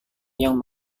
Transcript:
yang